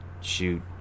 shoot